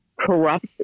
corrupt